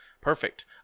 Perfect